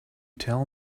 tell